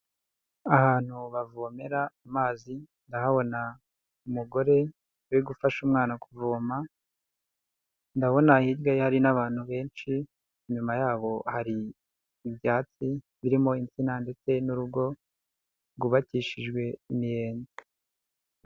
Ahantu bavomera amazi ndahabona umugore uri gufasha umwana kuvoma, ndabona hirya ye hari n'abantu benshi, inyuma yabo hari ibyatsi birimo insina ndetse n'urugo rwubakishijwe imiyenzi.